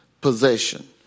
possession